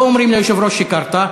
לא אומרים ליושב-ראש "שיקרת".